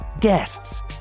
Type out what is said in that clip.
guests